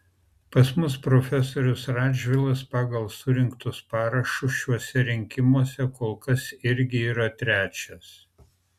pas mus profesorius radžvilas pagal surinktus parašus šiuose rinkimuose kol kas irgi yra trečias